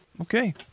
Okay